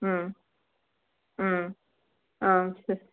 ம் ம் ஆ செ